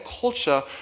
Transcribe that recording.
culture